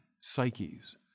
psyches